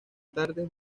tarde